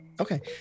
Okay